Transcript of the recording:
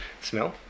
smell